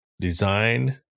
design